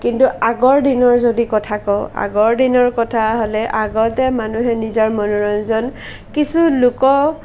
কিন্তু আগৰ দিনৰ যদি কথা কওঁ আগৰ দিনৰ কথা হ'লে আগতে মানুহে নিজৰ মনোৰঞ্জন কিছু লোক